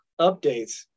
updates